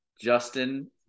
Justin